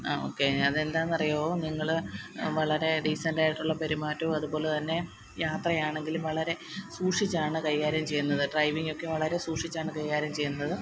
ആ ഓക്കേ അതെന്താണ് എന്നറിയാമോ നിങ്ങൾ വളരെ ഡീസന്റായിട്ടുള്ള പെരുമാറ്റവും അതുപോലെ തന്നെ യാത്രയാണെങ്കിലും വളരെ സൂക്ഷിച്ചാണ് കൈകാര്യം ചെയ്യുന്നതു ഡ്രൈവിങ്ങൊക്കെ വളരെ സൂക്ഷിച്ചാണ് കൈകാര്യം ചെയ്യുന്നത്